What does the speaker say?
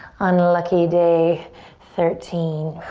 unlucky day thirteen.